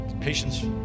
Patience